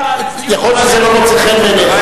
יכול להיות שזה לא מוצא בעיניך,